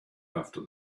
after